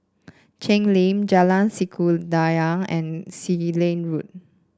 Cheng Lim Jalan Sikudangan and Sealand Road